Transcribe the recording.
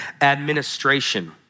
administration